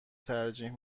ترجیح